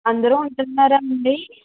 అందరూ ఉంటున్నారా అండి